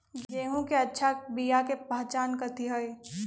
गेंहू के अच्छा बिया के पहचान कथि हई?